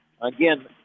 Again